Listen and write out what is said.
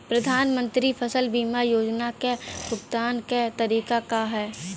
प्रधानमंत्री फसल बीमा योजना क भुगतान क तरीकाका ह?